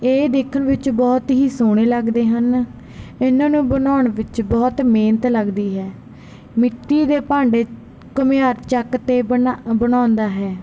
ਇਹ ਦੇਖਣ ਵਿੱਚ ਬਹੁਤ ਹੀ ਸੋਹਣੇ ਲੱਗਦੇ ਹਨ ਇਨ੍ਹਾਂ ਨੂੰ ਬਣਾਉਣ ਵਿੱਚ ਬਹੁਤ ਮਿਹਨਤ ਲੱਗਦੀ ਹੈ ਮਿੱਟੀ ਦੇ ਭਾਂਡੇ ਘੁਮਿਆਰ ਚੱਕ 'ਤੇ ਬਣਾ ਬਣਾਉਂਦਾ ਹੈ